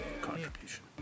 contribution